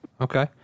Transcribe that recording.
Okay